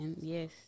Yes